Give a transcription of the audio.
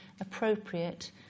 appropriate